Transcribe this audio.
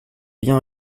bien